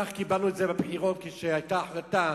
כך קיבלנו את זה בבחירות כשהיתה החלטה